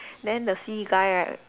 then the C guy right